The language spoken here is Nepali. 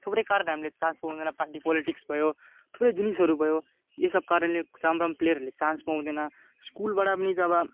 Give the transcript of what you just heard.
थुप्रै कारणले हामीले चान्स पाउँदैन पार्टी पोलिटिक्स भयो थुप्रै जिनिसहरू भयो यो सब कारणले राम्रो राम्रो प्लेयरहरूले चान्स पाउँदैन स्कुलबाट पनि जब